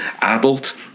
adult